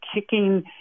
kicking